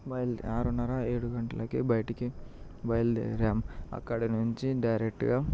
ఆరున్నర ఏడు గంటలకే బయటికి బయలుదేరాము అక్కడి నుంచి డైరెక్ట్గా